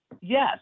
yes